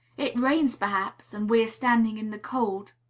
it rains, perhaps and we are standing in the cold.